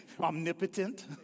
Omnipotent